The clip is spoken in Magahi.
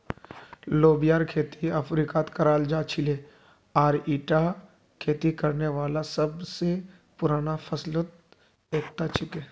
लोबियार खेती अफ्रीकात कराल जा छिले आर ईटा खेती करने वाला सब स पुराना फसलत स एकता छिके